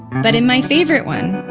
but in my favorite one,